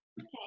Okay